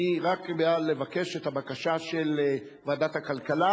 אני רק בא לבקש את הבקשה של ועדת הכלכלה